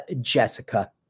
Jessica